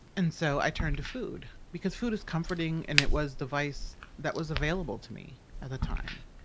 and so i turned to food because food is comforting. and it was the vice that was available to me at the time.